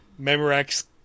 Memorex